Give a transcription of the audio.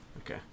Okay